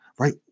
Right